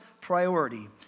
priority